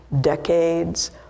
decades